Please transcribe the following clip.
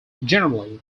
generally